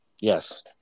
Yes